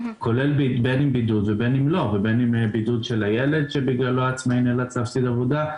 בין אם בידוד של הילד שבגללו העצמאי נאלץ להפסיד עבודה.